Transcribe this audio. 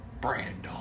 Brandon